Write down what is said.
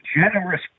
generous